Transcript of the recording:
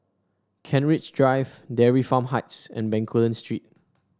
Kent Ridge Drive Dairy Farm Heights and Bencoolen Street